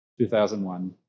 2001